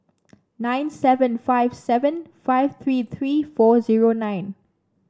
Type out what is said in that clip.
nine seven five seven five three three four zero nine